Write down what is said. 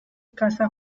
casa